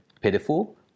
pitiful